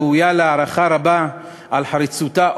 הראויה להערכה רבה על חריצותה,